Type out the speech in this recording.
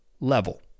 level